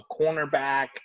cornerback